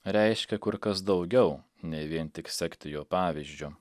reiškė kur kas daugiau nei vien tik sekti jo pavyzdžiu